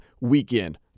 weekend